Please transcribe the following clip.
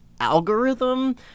algorithm